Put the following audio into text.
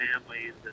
families